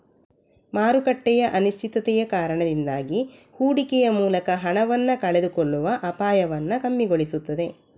ಮಾರುಕಟ್ಟೆಯ ಅನಿಶ್ಚಿತತೆಯ ಕಾರಣದಿಂದಾಗಿ ಹೂಡಿಕೆಯ ಮೂಲಕ ಹಣವನ್ನ ಕಳೆದುಕೊಳ್ಳುವ ಅಪಾಯವನ್ನ ಕಮ್ಮಿಗೊಳಿಸ್ತದೆ